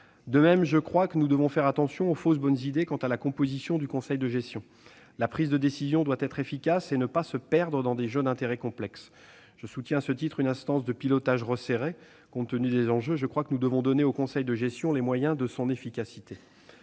De même, je crois que nous devons faire attention aux fausses bonnes idées quant à la composition du conseil de gestion. La prise de décision doit être efficace, sans se perdre dans des jeux d'intérêts complexes ; je soutiens à ce titre une instance de pilotage resserrée. Compte tenu des enjeux, nous devrions donner au conseil de gestion les moyens de son efficacité.